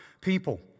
people